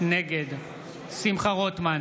אינה נוכחת זאב אלקין,